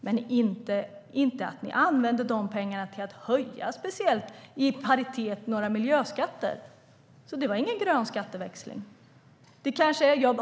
Men inte använde ni pengarna till att höja några miljöskatter, så det var ingen grön skatteväxling.